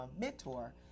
mentor